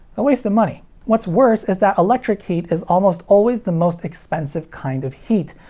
a waste of money. what's worse is that electric heat is almost always the most expensive kind of heat,